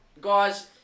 guys